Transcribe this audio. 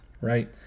right